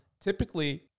typically